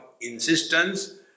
insistence